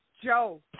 Joe